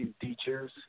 teachers